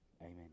Amen